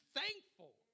thankful